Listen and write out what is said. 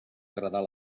agradar